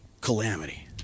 calamity